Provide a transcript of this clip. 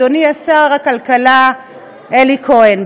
אדוני שר הכלכלה אלי כהן,